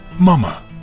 Mama